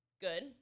Good